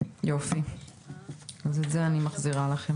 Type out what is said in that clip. אז את זה אני מחזירה לכם.